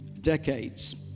decades